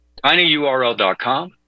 tinyurl.com